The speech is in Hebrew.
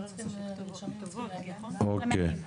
אוקי,